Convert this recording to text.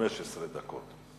15 דקות.